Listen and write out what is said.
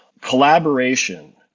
Collaboration